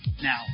now